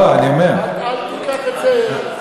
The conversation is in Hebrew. אל תיקח את זה, קח את זה בחשבון.